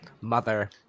Mother